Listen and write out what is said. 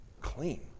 clean